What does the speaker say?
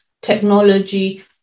technology